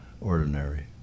ordinary